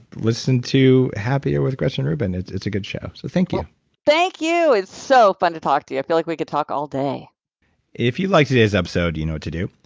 listen to happier with gretchen rubin. it's it's a good show, so thank you thank you. it's so fun to talk to you. i feel like we could talk all day if you like today's episode, you know what to do.